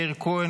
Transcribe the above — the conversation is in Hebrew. מאיר כהן,